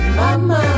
mama